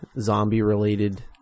zombie-related